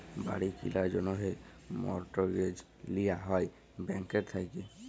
বাড়ি কিলার জ্যনহে মর্টগেজ লিয়া হ্যয় ব্যাংকের থ্যাইকে